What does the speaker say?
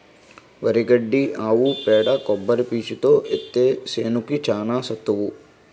వరి గడ్డి ఆవు పేడ కొబ్బరి పీసుతో ఏత్తే సేనుకి చానా సత్తువ